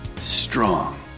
strong